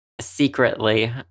secretly